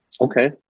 Okay